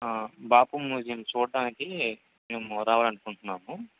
ఆ బాపు మ్యూజియం చూడటానికి మేము రావాలి అనుకుంటున్నాము